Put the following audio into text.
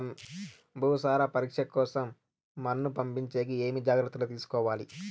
భూసార పరీక్ష కోసం మన్ను పంపించేకి ఏమి జాగ్రత్తలు తీసుకోవాలి?